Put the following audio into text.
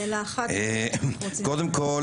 קודם כל,